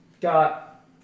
got